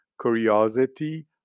curiosity